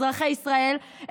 אזרחי ישראל,